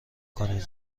کنین